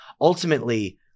Ultimately